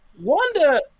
Wanda